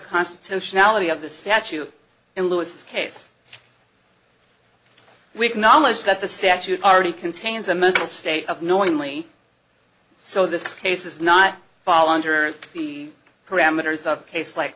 constitutionality of the statute and louis's case we have knowledge that the statute already contains a mental state of knowingly so this case is not fall under the parameters of case like